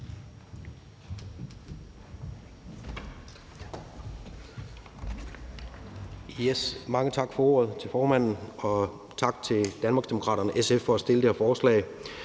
til formanden for ordet, og tak til Danmarksdemokraterne og SF for at fremsætte det her forslag.